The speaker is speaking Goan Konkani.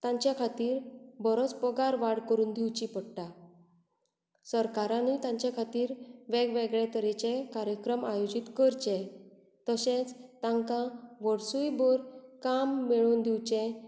तांच्या खातीर बरोच पगार वाड करून दिवची पडटा सरकारानूय तांचे खातीर वेगवेगळे तरेचे कार्यक्रम आयोजीत करचे तशेंच तांकां वर्सूय भर काम मेळून दिवचे